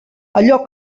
allò